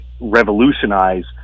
revolutionize